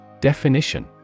Definition